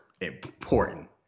important